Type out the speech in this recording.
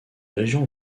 régions